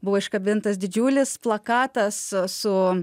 buvo iškabintas didžiulis plakatas su